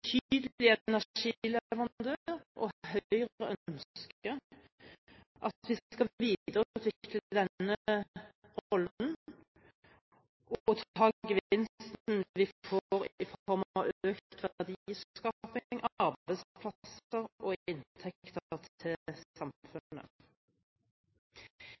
energileverandør, og Høyre ønsker at vi skal videreutvikle denne rollen og ta gevinstene vi får i form av økt verdiskaping, arbeidsplasser og inntekter til